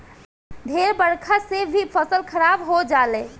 ढेर बरखा से भी फसल खराब हो जाले